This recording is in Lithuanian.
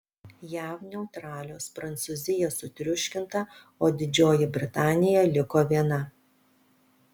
jav neutralios prancūzija sutriuškinta o didžioji britanija liko viena